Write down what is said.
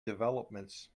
developments